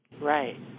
Right